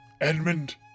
Edmund